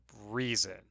reason